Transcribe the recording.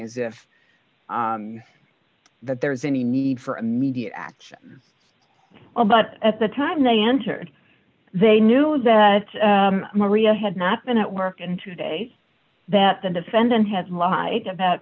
as if that there's any need for a media action well but at the time they entered they knew that maria had not been at work in two days that the defendant had lied about